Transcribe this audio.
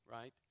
right